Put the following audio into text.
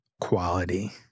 quality